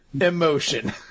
Emotion